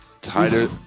Tighter